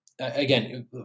again